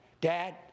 Dad